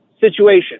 situation